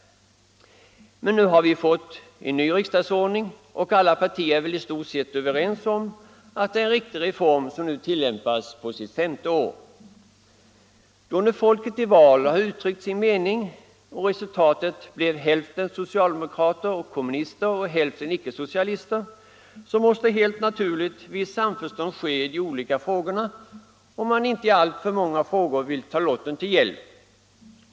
Men nu har vi fått en ny riksdagsordning och alla partier är väl i stort sett överens om att det är en riktig reform som tillämpas på sitt femte år. Och då folket i val har uttryckt sin mening och resultatet blev hälften socialdemokrater och kommunister och hälften icke-socialister, så måste helt naturligt visst samförstånd ske i de olika frågorna om man inte i alltför många frågor vill ta lotten till hjälp.